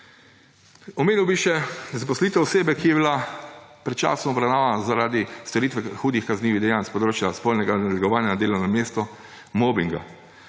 Omenil bi še zaposlitev osebe, ki je bila pred časom obravnavana zaradi storitve hudih kaznivih dejanj s področja spolnega nadlegovanja na delovnem mestu, mobinga.